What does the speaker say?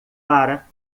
para